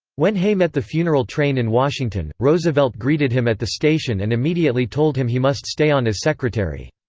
when hay met the funeral train in washington, roosevelt greeted him at the station and immediately told him he must stay on as secretary.